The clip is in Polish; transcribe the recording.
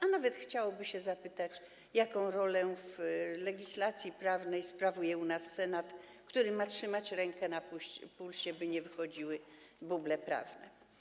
A nawet chciałoby się zapytać, jaką rolę w legislacji prawnej sprawuje u nas Senat, który ma trzymać rękę na pulsie, by nie wychodziły stąd buble prawne.